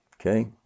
Okay